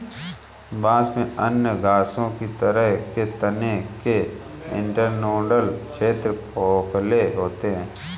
बांस में अन्य घासों की तरह के तने के इंटरनोडल क्षेत्र खोखले होते हैं